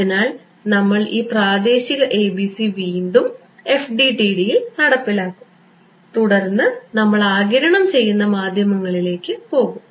അതിനാൽ നമ്മൾ ഈ പ്രാദേശിക ABC വീണ്ടും FDTD യിൽ നടപ്പിലാക്കും തുടർന്ന് നമ്മൾ ആഗിരണം ചെയ്യുന്ന മാധ്യമങ്ങളിലേക്ക് പോകും